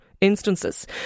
instances